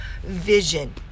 vision